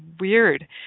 weird